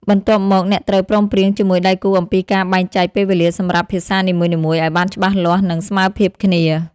បន្ទាប់មក អ្នកត្រូវព្រមព្រៀងជាមួយដៃគូអំពីការបែងចែកពេលវេលាសម្រាប់ភាសានីមួយៗឱ្យបានច្បាស់លាស់ និងស្មើភាពគ្នា។